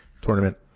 tournament